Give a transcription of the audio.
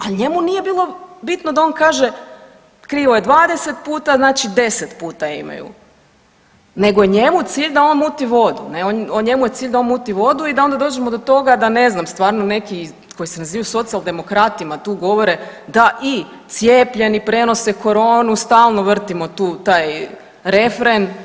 Ali njemu nije bilo bitno da on kaže krivo je 20 puta znači 10 puta imaju, nego njemu je cilj da on muti vodu ne, on, njemu je cilj da on muti vodu i da onda dođemo do toga da ne znam stvarno neki koji se nazivaju socijaldemokratima tu govore da i cijepljeni prenose koronu, stalno vrtimo taj refren.